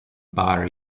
bar